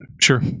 sure